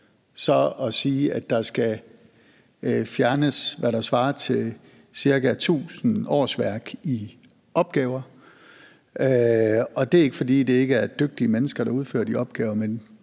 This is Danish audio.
– at sige, at der skal fjernes, hvad der svarer til ca. 1.000 årsværk i opgaver. Og det er ikke, fordi det ikke er dygtige mennesker, der udfører de opgaver,